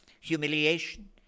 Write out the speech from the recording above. humiliation